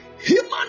Human